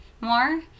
more